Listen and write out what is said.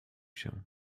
się